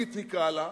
נקרא לה תרבותית,